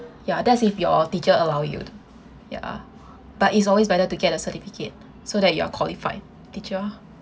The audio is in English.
ya that's if your teacher allow you ya but it's always better to get a certificate so that you are a qualified teacher